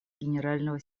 генерального